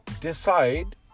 Decide